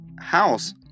house